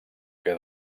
que